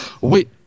wait